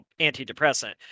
antidepressant